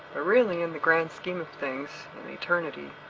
ah really in the grand scheme of things in eternity,